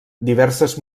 diverses